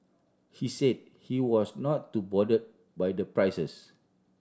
he said he was not too bothered by the prices